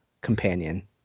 companion